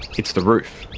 it's the roof.